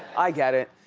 i get it.